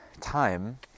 time